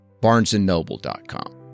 BarnesandNoble.com